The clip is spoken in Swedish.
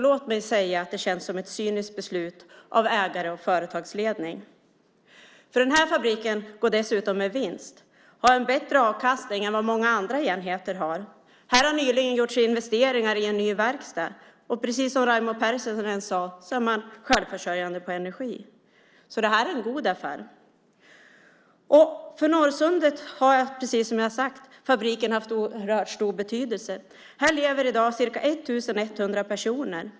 Låt mig säga att det känns som ett cyniskt beslut av ägare och företagsledning. Den här fabriken går dessutom med vinst och har en bättre avkastning än vad många andra enheter har. Här har det nyligen gjorts investeringar i en ny verkstad. Precis som Raimo Pärssinen sade är man självförsörjande på energi. Det här är en god affär. För Norrsundet har fabriken haft en oerhört stor betydelse. Här lever i dag ca 1 100 personer.